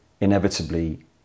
inevitably